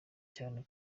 cyane